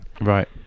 Right